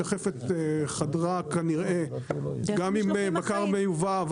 שחפת חדרה כנראה גם עם בקר מיובא,